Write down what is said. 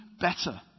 better